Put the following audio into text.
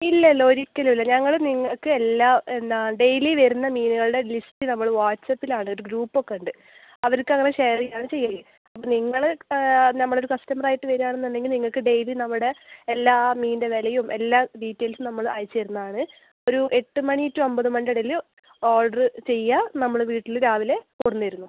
ഇല്ല ഇല്ല ഒരിക്കലും ഇല്ല ഞങ്ങൾ നിങ്ങൾക്ക് എല്ലാം എന്നാൽ ഡെയിലി വരുന്ന മീനുകളുടെ ലിസ്റ്റ് നമ്മൾ വാട്ട്സപ്പിലാണ് ഒരു ഗ്രൂപ്പ് ഒക്കെ ഉണ്ട് അവർക്ക് അങ്ങനെ ഷെയർ ചെയ്യുകയാണ് ചെയ്യൽ അപ്പം നിങ്ങൾ അപ്പം നമ്മൾ ഒരു കസ്റ്റമർ ആയിട്ട് വരുവാണെന്നുണ്ടെങ്കിൽ നിങ്ങൾക്ക് ഡെയിലി നമ്മുടെ എല്ലാ മീനിൻ്റെ വിലയും എല്ലാ ഡീറ്റെയിൽസും നമ്മൾ അയച്ച് തരുന്നതാണ് ഒരു എട്ട് മണി ടു ഒമ്പത് മണീൻ്റെ ഇടയിൽ ഓർഡർ ചെയ്യുക നമ്മൾ വീട്ടിൽ രാവിലെ കൊണ്ടുതരുന്നു